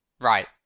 Right